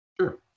Sure